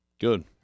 Good